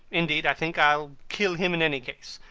indeed i think i'll kill him in any case.